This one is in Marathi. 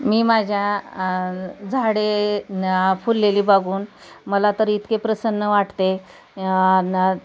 मी माझ्या झाडे फुललेली बघुन मला तर इतके प्रसन्न वाटते न